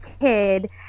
kid